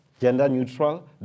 gender-neutral